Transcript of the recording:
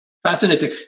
Fascinating